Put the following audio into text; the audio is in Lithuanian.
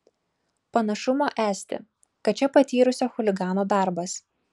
panašumo esti kad čia patyrusio chuligano darbas